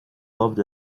loved